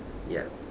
ya